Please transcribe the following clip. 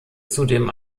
zudem